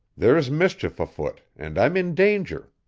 there's mischief afoot, and i'm in danger.